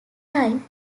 time